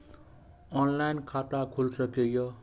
Online खाता खुल सके ये?